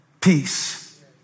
peace